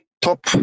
Top